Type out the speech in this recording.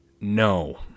No